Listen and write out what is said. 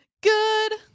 Good